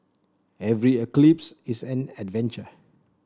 every eclipse is an adventure